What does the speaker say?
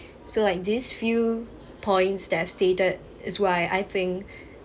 so like these few points that I've stated is why I think